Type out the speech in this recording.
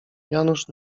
janusz